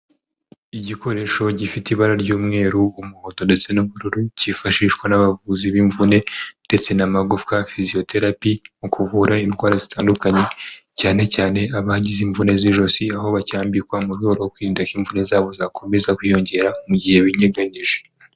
Igikoresho gifite ibara ry'umweru, umuhondo ndetse n'ubururu, cyifashishwa n'abavuzi b'imvune ndetse n'amagufwa fiziyoterapi mu kuvura indwara zitandukanye cyane cyane abagize imvune z'ijosi aho bacyambikwa mu rwego rwo kwirinda ko imvune za bo zakomeza kwiyongera mu gihe winyeganyeje.